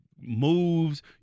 moves